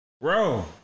bro